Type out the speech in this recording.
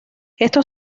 estos